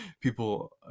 people